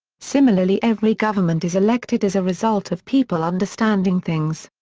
similarly every government is elected as a result of people understanding things.